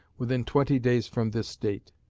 within twenty days from this date.